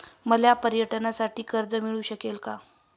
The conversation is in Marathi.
मला पर्यटनासाठी कर्ज मिळू शकेल का?